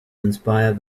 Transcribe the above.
inspire